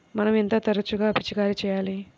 మనం ఎంత తరచుగా పిచికారీ చేయాలి?